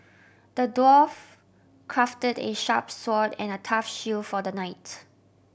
the dwarf crafted a sharp sword and a tough shield for the knight